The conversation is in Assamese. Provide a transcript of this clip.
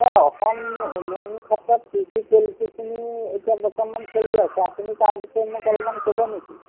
এই অসম উন্নয়ন ক্ষেত্ৰত কি কি পলিচীখিনি এতিয়া বৰ্তমান চলি আছে আপুনি তাৰ বিষয়ে মোক অলপমান ক'ব নেকি